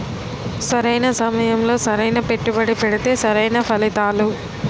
సరైన సమయంలో సరైన పెట్టుబడి పెడితే సరైన ఫలితాలు